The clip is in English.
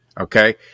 Okay